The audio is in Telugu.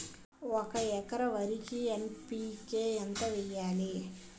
ఒక ఎకర వరికి ఎన్.పి కే ఎంత వేయాలి?